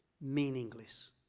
Meaningless